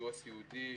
סיוע סיעודי,